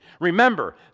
Remember